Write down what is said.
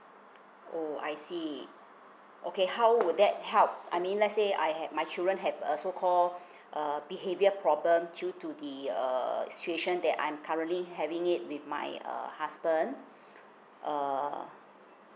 oh I see okay how would that help I mean let's say I my children have a so called uh behaviour problem due to the uh situation that I'm currently having it with my uh husband err